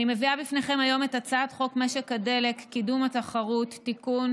אני מביאה בפניכם היום את הצעת חוק משק הדלק (קידום התחרות) (תיקון)